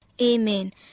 Amen